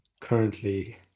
currently